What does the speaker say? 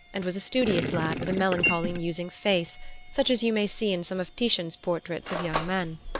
and was a studious lad with a melancholy musing face such as you may see in some of titian's portraits of young men.